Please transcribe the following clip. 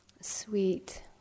sweet